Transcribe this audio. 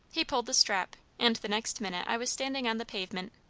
he pulled the strap, and the next minute i was standing on the pavement.